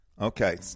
Okay